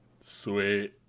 Sweet